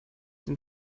den